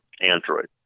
Android